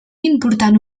important